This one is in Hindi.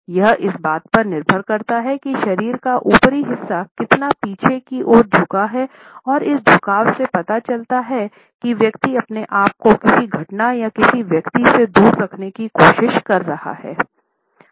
यह इस बात पर निर्भर करता है कि शरीर का ऊपरी हिस्सा कितना पीछे की और झुका है और इस झुकाव से पता चलता है कि व्यक्ति अपने आप को किसी घटना या किसी व्यक्ति से दूर रखने की कोशिश कर रहा है